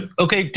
ah okay.